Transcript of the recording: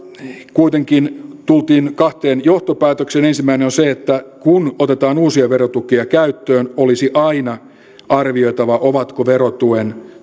kuitenkin tultiin kahteen johtopäätökseen ensimmäinen on on se että kun otetaan uusia verotukia käyttöön olisi aina arvioitava ovatko verotuen